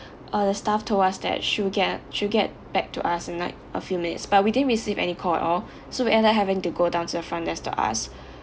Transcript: uh the staff told us that she will get an she will get back to us in like a few minutes but we didn't receive any call at all so we end up having to go down to the front desk to ask